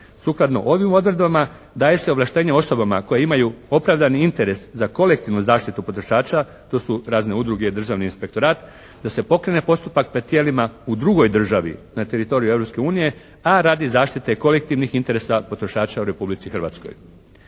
Sukladno ovim odredbama daje se ovlaštenje osobama koje imaju opravdani interes za kolektivnu zaštitu potrošača, to su razne udruge, Državni inspektorat, da se pokrene postupak pred tijelima u drugoj državi na teritoriju Europske unije, a radi zaštite kolektivnih interesa potrošača u Republici Hrvatskoj.